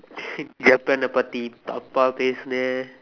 ஜப்பேனே பத்தி தப்பா பேசுனே:jappeenee paththi thappaa peesunee